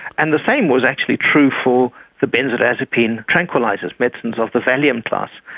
and the same was actually true for the benzodiazepine tranquillisers, medicines of the valium class.